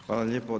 Hvala lijepo.